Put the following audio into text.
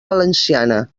valenciana